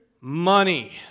Money